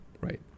right